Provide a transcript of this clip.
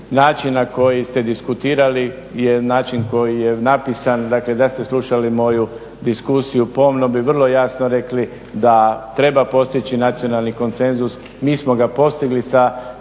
Način na koji ste diskutirali je način koji je napisan, dakle da ste slušali moju diskusiju, pomno bi vrlo jasno rekli da treba postići nacionalni konsenzus, mi smo ga postigli sa